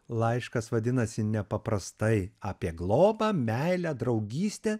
laiškas vadinasi nepaprastai apie globą meilę draugystę